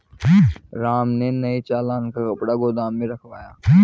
राम ने नए चालान का कपड़ा गोदाम में रखवाया